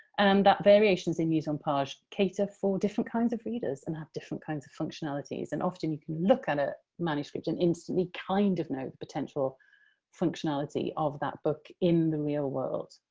and that variations in mise-en-page cater for different kinds of readers and have different kinds of functionalities, and often you can look at a manuscript and instantly kind of know potential functionality of that book in the real world.